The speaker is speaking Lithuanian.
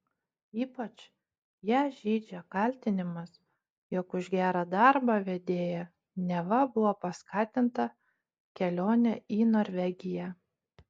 ypač ją žeidžia kaltinimas jog už gerą darbą vedėja neva buvo paskatinta kelione į norvegiją